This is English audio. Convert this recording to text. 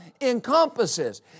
encompasses